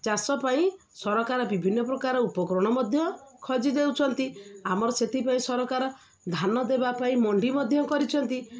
ଚାଷ ପାଇଁ ସରକାର ବିଭିନ୍ନ ପ୍ରକାର ଉପକରଣ ମଧ୍ୟ ଖଞ୍ଜି ଦେଉଛନ୍ତି ଆମର ସେଥିପାଇଁ ସରକାର ଧାନ ଦେବା ପାଇଁ ମଣ୍ଡି ମଧ୍ୟ କରିଛନ୍ତି